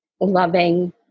loving